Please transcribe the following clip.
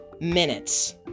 minutes